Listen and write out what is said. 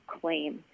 claim